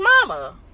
mama